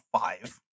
five